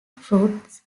fruits